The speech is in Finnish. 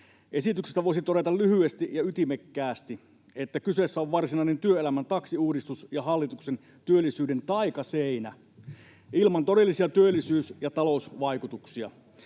Esityksestä voisi todeta lyhyesti ja ytimekkäästi, että kyseessä on varsinainen työelämän taksiuudistus ja hallituksen työllisyyden taikaseinä ilman todellisia työllisyys- ja talousvaikutuksia.